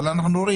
אבל אנחנו רואים,